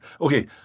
Okay